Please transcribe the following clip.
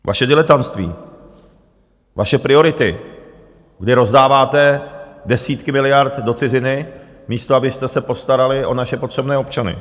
Vaše diletantství, vaše priority, kdy rozdáváte desítky miliard do ciziny, místo abyste se postarali o naše potřebné občany.